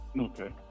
Okay